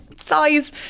size